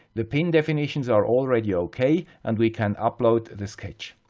the pin definitions are already ok and we can upload the sketch.